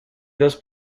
dos